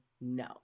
no